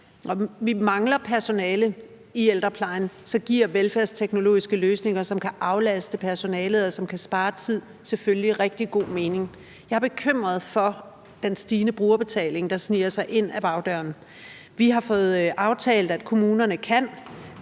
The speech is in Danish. at vi mangler personale i ældreplejen, så de her velfærdsteknologiske løsninger, som kan aflaste personalet, og som kan spare tid, giver selvfølgelig rigtig god mening. Jeg er bekymret for den stigende brugerbetaling, der sniger sig ind ad bagdøren. Vi har fået aftalt, at kommunerne kan